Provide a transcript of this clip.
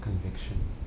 Conviction